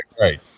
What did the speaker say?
right